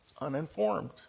uninformed